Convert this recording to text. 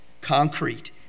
concrete